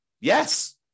Yes